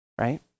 right